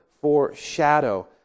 foreshadow